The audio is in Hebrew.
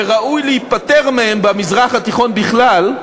וראוי להיפטר מהם במזרח התיכון בכלל.